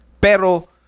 Pero